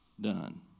done